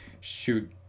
shoot